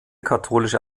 katholische